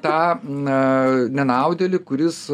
tą na nenaudėlį kuris